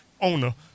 owner